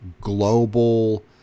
global